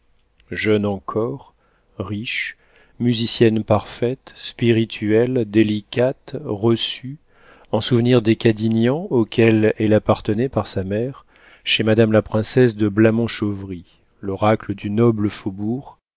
jeune encore riche musicienne parfaite spirituelle délicate reçue en souvenir des cadignan auxquels elle appartenait par sa mère chez madame la princesse de blamont-chauvry l'oracle du noble faubourg